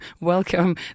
welcome